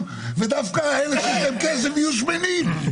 ודווקא אלה שיש להם כסף יהיו שמנים.